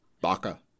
Baka